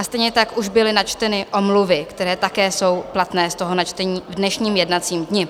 Stejně tak už byly načteny omluvy, které také jsou platné z načtení v dnešním jednacím dni.